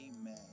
amen